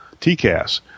TCAS